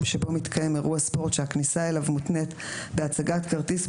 שבו מתקיים אירוע ספורט שהכניסה אליו מותנית בהצגת כרטיס,